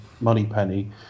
Moneypenny